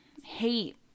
hate